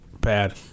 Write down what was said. Bad